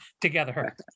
together